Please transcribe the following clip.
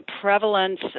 prevalence